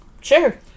Sure